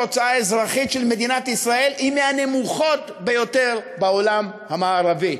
ההוצאה האזרחית של מדינת ישראל היא מהנמוכות ביותר בעולם המערבי.